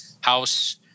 House